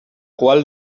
qual